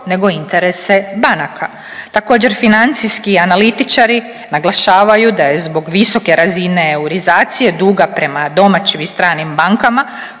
nego interese banaka. Također, financijski analitičari naglašavaju da je zbog visoke razine eurizacije duga prema domaćim i stranim bankama,